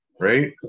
right